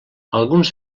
alguns